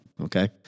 Okay